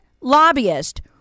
lobbyist